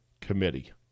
committee